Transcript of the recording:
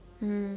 mm